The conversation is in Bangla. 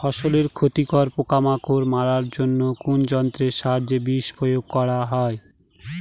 ফসলের ক্ষতিকর পোকামাকড় মারার জন্য কোন যন্ত্রের সাহায্যে বিষ প্রয়োগ করা হয়?